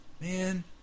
man